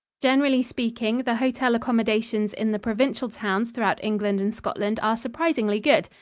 generally speaking, the hotel accommodations in the provincial towns throughout england and scotland are surprisingly good.